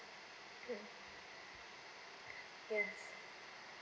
mm yes